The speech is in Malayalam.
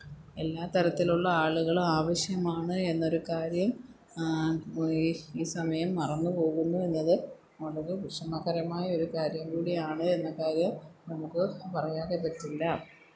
എല്ലാ തരത്തിലുള്ള ആളുകളും ആവശ്യമാണ് എന്നൊരു കാര്യം പോയി ഈ സമയം മറന്നു പോകുന്നു എന്നത് വളരെ വിഷമകരമായൊരു കാര്യം കൂടിയാണ് എന്ന കാര്യം നമുക്ക് പറയാതെ പറ്റില്ല